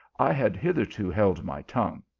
i had hitherto held my tongue,